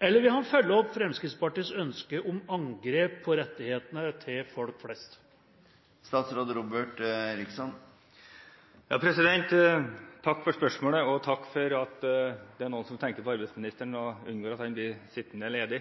eller vil han følge opp Fremskrittspartiets ønske om angrep på rettighetene til folk flest? Takk for spørsmålet, og takk for at det er noen som tenker på arbeidsministeren, slik at en unngår at han blir sittende ledig.